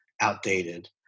outdated